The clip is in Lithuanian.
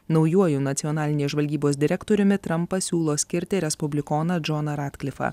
naujuoju nacionalinės žvalgybos direktoriumi trampas siūlo skirti respublikoną džoną ratklifą